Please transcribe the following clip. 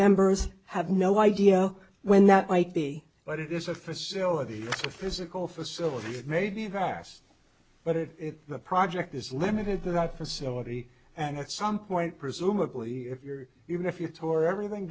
members have no idea when that might be but it is a facility the physical facilities may be vast but it the project is limited to that facility and at some point presumably if you're even if you tore everything